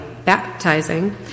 baptizing